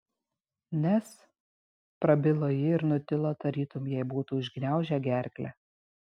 nes prabilo ji ir nutilo tarytum jai būtų užgniaužę gerklę